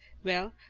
well,